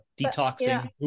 detoxing